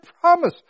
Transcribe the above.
promise